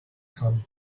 come